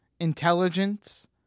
intelligence